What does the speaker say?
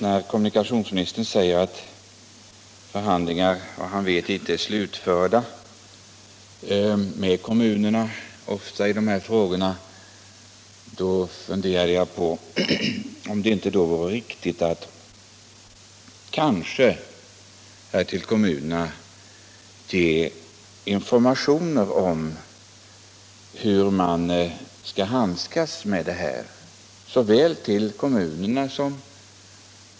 När kommunikationsministern talar om att förhandlingar enligt vad han vet ofta inte är slutförda med kommunerna, tä undrar jag om det då inte vore riktigt att ge kommunerna, kanske också SJ, information om hur man skall handskas med de här frågorna.